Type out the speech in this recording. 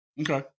Okay